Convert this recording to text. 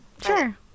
sure